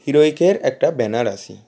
হিরোয়িকের একটা ব্যানার আসি